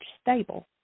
stable